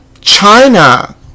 China